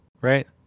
right